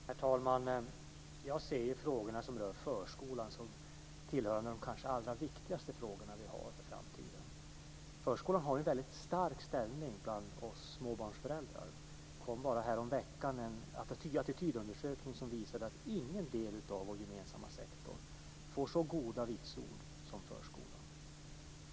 Herr talman! Jag ser de frågor som gäller förskolan som tillhörande de kanske allra viktigaste som vi har för framtiden. Förskolan har en väldigt stark ställning bland oss småbarnsföräldrar. Häromveckan kom en attitydundersökning som visar att ingen annan del av vår gemensamma sektor får så goda vitsord som förskolan.